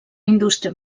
indústria